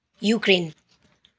Ukraine